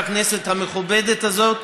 בכנסת המכובדת הזאת,